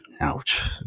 Ouch